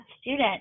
student